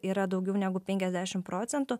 yra daugiau negu penkiasdešim procentų